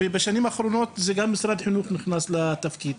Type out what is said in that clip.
ובשנים האחרונות זה גם משרד החינוך נכנס לתפקיד.